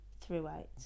throughout